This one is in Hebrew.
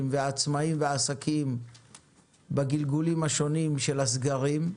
והעצמאים והעסקים בגלגולים השונים של הסגרים.